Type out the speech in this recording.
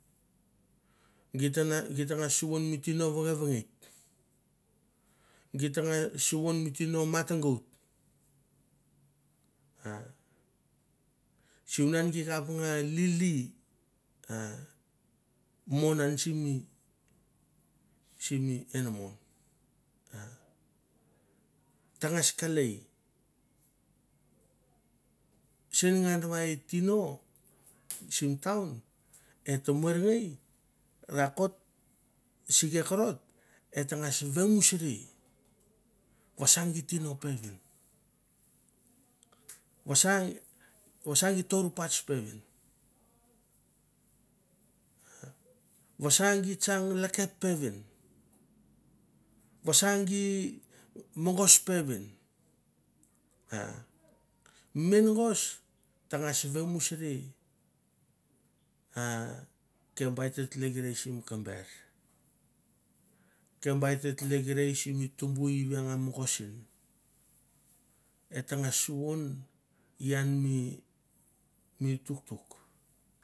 Git ta ngas suvon mi tino vengevengit git ta suvon mi tino matgot. sunan gi kap nga va e tino sim taun et morngei rakot sike korot et ngas vemusuri vasa gi tino peven vas gi tour pats peven, vasagi mogos peven ah mengos tangas vemusuri kem ba he hekerei simi tumbu a nga mogos en et ta ngas suvon mi tuktuk.